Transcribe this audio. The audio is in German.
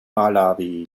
malawi